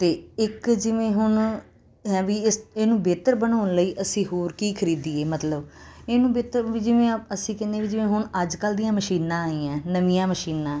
ਤੇ ਇੱਕ ਜਿਵੇਂ ਹੁਨ ਹੈ ਵੀ ਇਸ ਇਹਨੂੰ ਬਿਹਤਰ ਬਨਾਉਣ ਲਈ ਅਸੀਂ ਹੋਰ ਕੀ ਖਰੀਦੀਏ ਮਤਲਬ ਇਹਨੂੰ ਬੇਤਰ ਵੀ ਜਿਵੇਂ ਆ ਅਸੀਂ ਕਹਿਨੇ ਵੀ ਜਿਵੇਂ ਹੁਨ ਅੱਜ ਕੱਲ ਦੀਆਂ ਮਸ਼ੀਨਾਂ ਹੈਗੀਆਂ ਨਵੀਆਂ ਮਸ਼ੀਨਾਂ